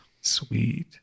Sweet